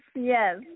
yes